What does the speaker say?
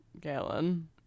Galen